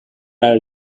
are